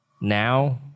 now